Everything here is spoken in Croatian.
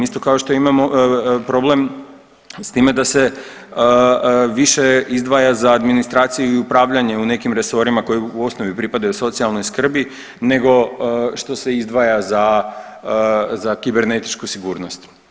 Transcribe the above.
Isto kao što imamo problem s time da se više izdvaja za administraciju i upravljanje u nekim resorima koji u osnovi pripadaju socijalnoj skrbi nego što se izdvaja za, za kibernetičku sigurnost.